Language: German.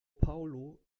paulo